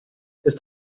ist